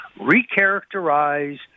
recharacterize